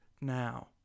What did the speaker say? now